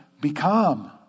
become